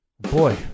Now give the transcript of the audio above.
Boy